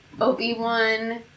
obi-wan